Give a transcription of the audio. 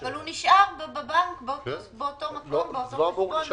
אבל הוא נשאר בבנק באותו מקום, באותה מתכונת.